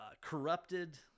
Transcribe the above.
corrupted